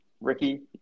Ricky